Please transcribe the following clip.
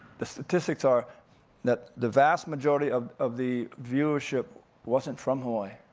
the statistics are that the vast majority of of the viewership wasn't from hawaii.